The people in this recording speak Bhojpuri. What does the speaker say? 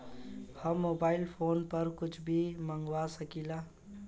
हम मोबाइल फोन पर कुछ भी मंगवा सकिला?